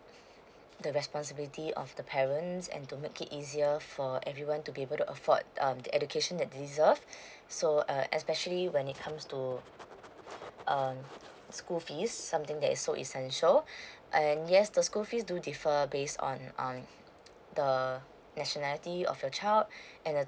the responsibility of the parents and to make it easier for everyone to be able to afford um the education they deserved so uh especially when it comes to um school fees something that is so essential and yes the school fees do differ based on on uh the nationality of your child and the